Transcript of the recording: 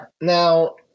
Now